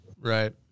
Right